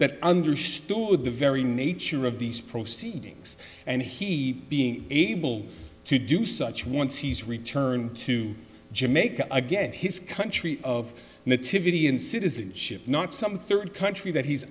that understood the very nature of these proceedings and he being able to do such once he's returned to jamaica again his country of nativity and citizenship not some third country that he's